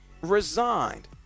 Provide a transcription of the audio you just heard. resigned